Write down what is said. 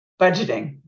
Budgeting